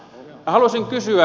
haluaisin kysyä